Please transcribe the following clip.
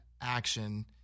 action